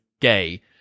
gay